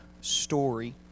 story